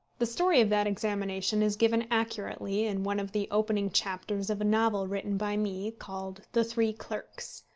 the story of that examination is given accurately in one of the opening chapters of a novel written by me, called the three clerks.